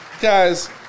guys